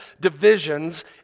divisions